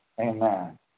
Amen